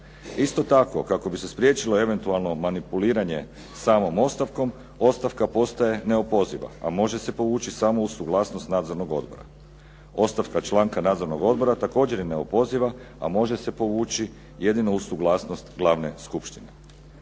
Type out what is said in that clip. Isto tako kako bi se spriječilo eventualnu manipuliranje samom ostavkom, ostavka postaje neopoziva, a može se povući samo uz suglasnost nadzornog odbora. Ostavka člana nadzornog odbora također je neopoziva, a može se povući jedino uz suglasnost glavne skupštine.